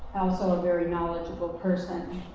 so ah very knowledgeable person.